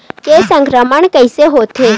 के संक्रमण कइसे होथे?